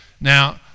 Now